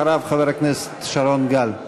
אחריו, חבר הכנסת שרון גל.